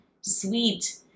sweet